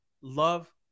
Love